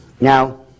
Now